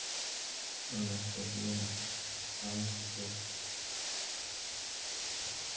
ᱱᱚᱰᱮ ᱠᱩᱠᱞᱤ ᱢᱮᱱᱟᱜᱼᱟ ᱟᱢ ᱥᱮᱪᱮᱫ